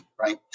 right